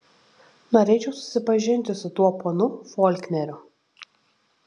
norėčiau susipažinti su tuo ponu folkneriu